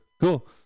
cool